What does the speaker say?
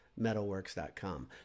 metalworks.com